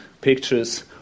pictures